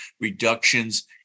reductions